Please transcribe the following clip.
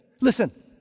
listen